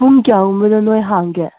ꯄꯨꯡ ꯀꯌꯥꯒꯨꯝꯕꯗ ꯅꯣꯏ ꯍꯥꯡꯒꯦ